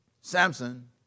Samson